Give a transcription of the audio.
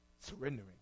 surrendering